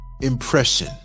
impression